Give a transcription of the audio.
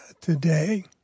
today